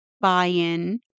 buy-in